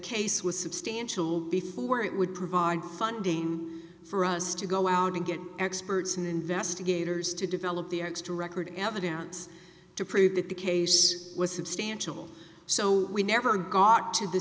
case was substantial before it would provide funding for us to go out and get experts and investigators to develop the x to record evidence to prove that the case was substantial so we never got to the